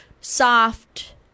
soft